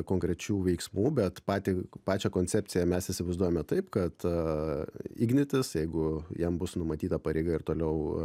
konkrečių veiksmų bet patį pačią koncepciją mes įsivaizduojame taip kad ignitis jeigu jam bus numatyta pareiga ir toliau